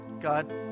God